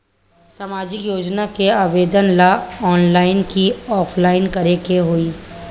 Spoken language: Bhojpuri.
सामाजिक योजना के आवेदन ला ऑनलाइन कि ऑफलाइन करे के होई?